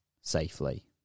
safely